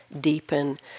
deepen